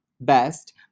best